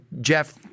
Jeff